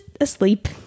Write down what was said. asleep